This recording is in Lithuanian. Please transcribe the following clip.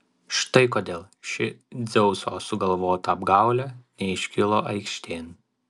štai kodėl ši dzeuso sugalvota apgaulė neiškilo aikštėn